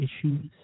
issues